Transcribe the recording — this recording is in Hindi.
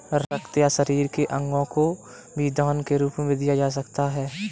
रक्त या शरीर के अंगों को भी दान के रूप में दिया जा सकता है